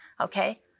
okay